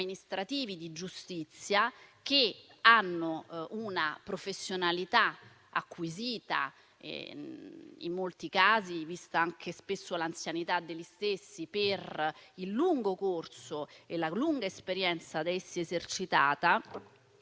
di giustizia, che hanno una professionalità acquisita, in molti casi, vista anche l'anzianità degli stessi, per il lungo corso e la lunga esperienza da essi esercitata,